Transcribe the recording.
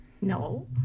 No